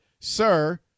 Sir